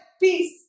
Peace